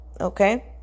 Okay